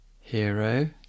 hero